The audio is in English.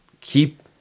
keep